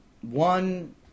one